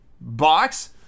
box